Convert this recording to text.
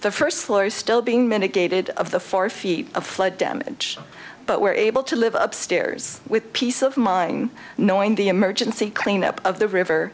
the first floors still being mitigated of the four feet of flood damage but were able to live upstairs with peace of mind knowing the emergency clean up of the river